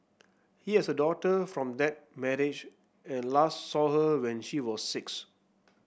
he has a daughter from that manage and last saw her when she was six